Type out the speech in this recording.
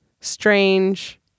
strange